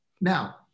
now